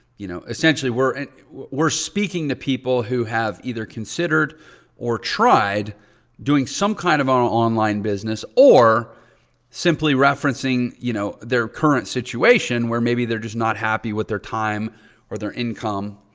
you know, essentially we're and we're speaking to people who have either considered or tried doing some kind of ah an ah online business or simply referencing, you know, their current situation where maybe they're just not happy with their time or their income.